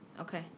Okay